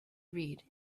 read